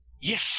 Yes